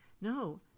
no